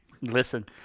Listen